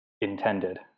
intended